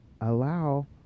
allow